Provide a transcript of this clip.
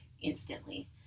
instantly